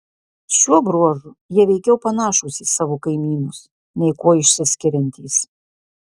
šiuo bruožu jie veikiau panašūs į savo kaimynus nei kuo išsiskiriantys